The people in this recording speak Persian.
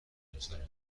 امسال